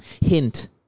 Hint